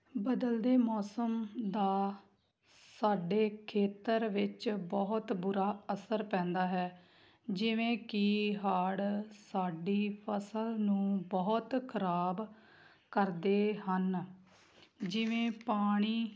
ਬਦਲਦੇ ਮੌਸਮ ਦਾ ਸਾਡੇ ਖੇਤਰ ਵਿੱਚ ਬਹੁਤ ਬੁਰਾ ਅਸਰ ਪੈਂਦਾ ਹੈ ਜਿਵੇਂ ਕਿ ਹੜ੍ਹ ਸਾਡੀ ਫ਼ਸਲ ਨੂੰ ਬਹੁਤ ਖ਼ਰਾਬ ਕਰਦੇ ਹਨ ਜਿਵੇਂ ਪਾਣੀ